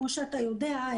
כמו שאתה יודע,